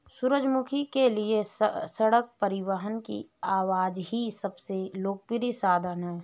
सूरजमुखी के लिए सड़क परिवहन की आवाजाही सबसे लोकप्रिय साधन है